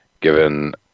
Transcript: given